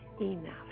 enough